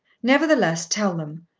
nevertheless tell them.